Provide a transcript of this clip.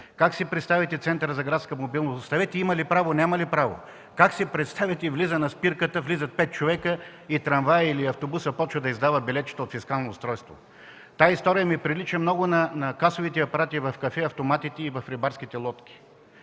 Как си представяте Центърът за градска мобилност? Оставете има ли право, няма ли право. Как си представяте – на спирката влизат пет човека и в трамвая или автобуса започват да се издават билетчета от фискално устройство? !Тази история ми прилича много на касовите апарати в кафе-автоматите и в рибарските лодки